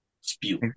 spew